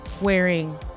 wearing